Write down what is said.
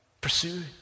Pursue